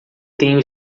tenho